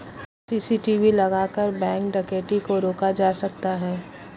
CCTV लगाकर bank डकैती को रोका जा सकता है